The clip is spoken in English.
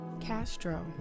Castro